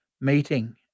meeting